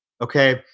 okay